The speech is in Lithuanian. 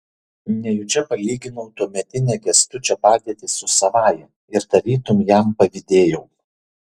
nejučia palyginau tuometinę kęstučio padėtį su savąja ir tarytum jam pavydėjau